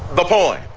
the point.